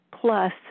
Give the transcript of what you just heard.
plus